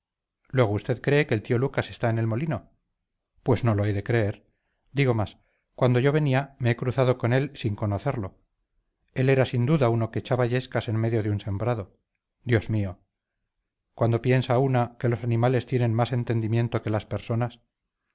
luego usted cree que el tío lucas está en el molino pues no lo he de creer digo más cuando yo venía me he cruzado con él sin conocerlo él era sin duda uno que echaba yescas en medio de un sembrado dios mío cuando piensa una que los animales tienen más entendimiento que las personas